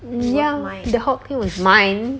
ya the hot pink was mine